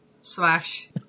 slash